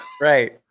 Right